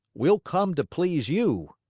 we'll come to please you.